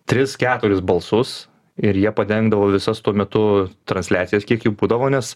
tris keturis balsus ir jie padengdavo visas tuo metu transliacijas kiek jų būdavo nes